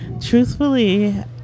truthfully